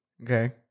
Okay